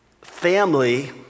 family